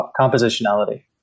compositionality